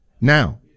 Now